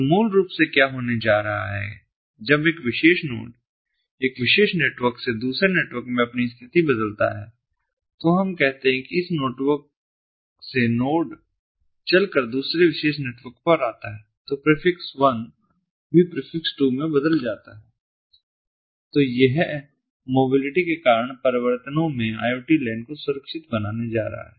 तो मूल रूप से क्या होने जा रहा है जब एक विशेष नोड एक विशेष नेटवर्क से दूसरे नेटवर्क में अपनी स्थिति बदलता है तो हम कहते हैं कि इस नेटवर्क से नोड चलकर दूसरे विशेष नेटवर्क पर आता है तो प्रीफिक्स 1 भी प्रीफिक्स 2 में बदल जा रहा है और यह मोबिलिटी के कारण परिवर्तनों से IoT LAN को सुरक्षित बनाने जा रहा है